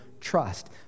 trust